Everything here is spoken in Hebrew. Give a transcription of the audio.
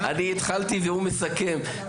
אני התחלתי והוא מסכם.